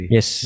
Yes